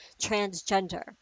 transgender